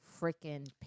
freaking